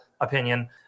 opinion